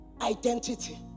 identity